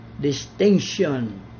distinction